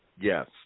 Yes